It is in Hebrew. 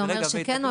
לא.